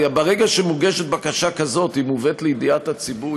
ברגע שמוגשת בקשה כזאת היא מובאת לידיעת הציבור,